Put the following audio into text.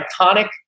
iconic